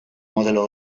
modelo